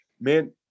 man